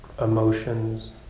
emotions